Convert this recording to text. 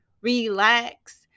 relax